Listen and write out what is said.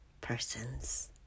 persons